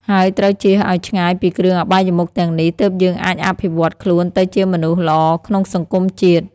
ហើយត្រូវចៀសឲ្យឆ្ងាយពីគ្រឿអបាយមុខទាំងនេះ ទើបយើងអាចអភិវឌ្ឍខ្លួនទៅជាមនុស្សល្អក្នុងសង្គមជាតិ។